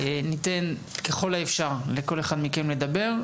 ניתן ככל האפשר לכל אחד מכם לדבר,